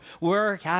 work